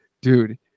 dude